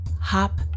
Hop